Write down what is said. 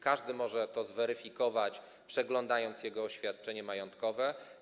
Każdy może to zweryfikować, przeglądając jego oświadczenie majątkowe.